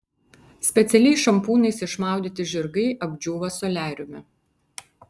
specialiais šampūnais išmaudyti žirgai apdžiūva soliariume